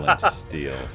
steel